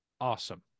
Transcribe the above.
awesome